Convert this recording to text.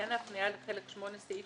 לעניין ההפניה לחלק VIII, סעיף